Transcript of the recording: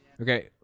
Okay